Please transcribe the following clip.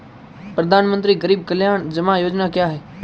प्रधानमंत्री गरीब कल्याण जमा योजना क्या है?